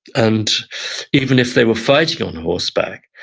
and even if they were fighting on horseback,